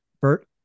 Bert